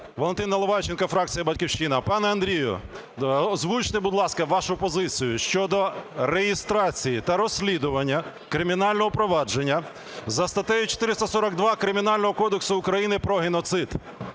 Валентин Наливайченко, фракція "Батьківщина". Пане Андрію, озвучте, будь ласка, вашу позицію щодо реєстрації та розслідування кримінального провадження за статтею 442 Кримінального кодексу України про геноцид.